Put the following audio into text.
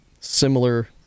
similar